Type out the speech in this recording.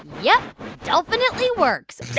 yeah dolphinitely works